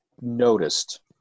noticed